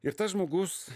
ir tas žmogus